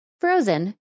frozen